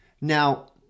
now